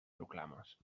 proclames